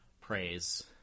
praise